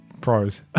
Pros